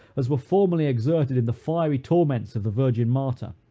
as were formerly exerted in the fiery torments of the virgin martyr.